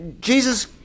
jesus